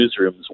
newsrooms